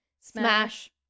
Smash